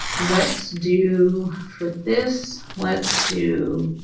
let's do. for this, let's do,